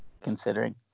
considering